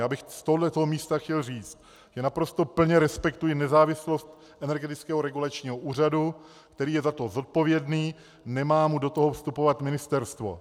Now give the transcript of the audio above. Já bych z tohoto místa chtěl říct, že naprosto plně respektuji nezávislost Energetického regulačního úřadu, který je za to zodpovědný, nemá mu do toho vstupovat ministerstvo.